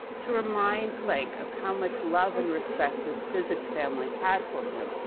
to remind planck of how much love and respect, his physics family had for him,